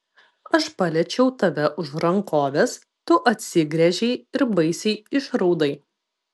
aš paliečiau tave už rankovės tu atsigręžei ir baisiai išraudai